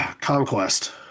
Conquest